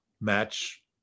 match